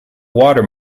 water